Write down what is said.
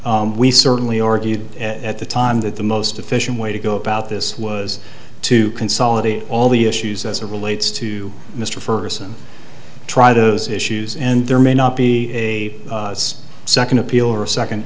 we certainly argued at the time that the most efficient way to go about this was to consolidate all the issues as a relates to mr ferguson try to those issues and there may not be a second appeal or a second